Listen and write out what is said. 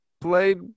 played